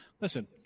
listen